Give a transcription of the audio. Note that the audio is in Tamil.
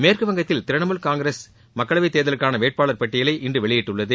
மேற்குவங்கத்தில் திரிணாமுல் காங்கிரஸ் மக்களவைத் தேர்தலுக்கான வேட்பாளர் பட்டியலை இன்று வெளியிட்டுள்ளது